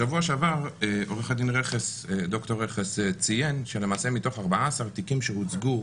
בשבוע שעבר עורך דין ד"ר רכס ציין שלמעשה מתוך 14 תיקים שהוצגו,